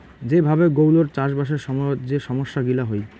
যে ভাবে গৌলৌর চাষবাসের সময়ত যে সমস্যা গিলা হই